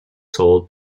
sold